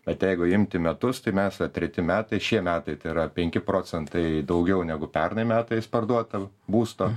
bet jeigu imti metus tai mes va treti metai šie metai tai yra penki procentai daugiau negu pernai metais parduota būsto